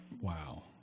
Wow